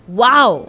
wow